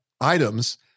items